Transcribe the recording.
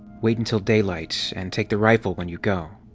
wait until daylight, and take the rifle when you go.